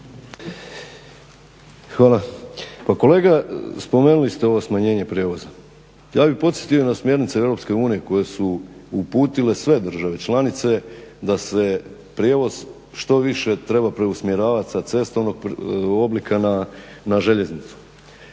Hvala. Pa kolega spomenuli ste ovo smanjenje prijevoza. Ja bih podsjetio na smjernice EU koje su uputile sve države članice da se prijevoz što više treba preusmjeravati sa cestovnog oblika na željeznicu.